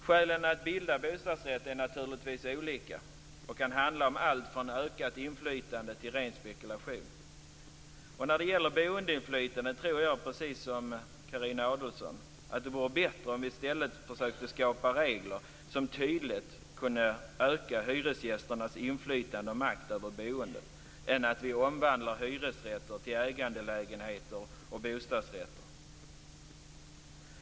Skälen att bilda bostadsrätt är naturligtvis olika och kan handla om allt från ökat inflytande till ren spekulation. När det gäller boendeinflytandet tror jag, precis som Carina Adolfsson, att det vore bättre om vi i stället försökte skapa regler som tydligt kunde öka hyresgästernas inflytande och makt över boendet än att vi omvandlar hyresrätter till ägandelägenheter och bostadsrätter.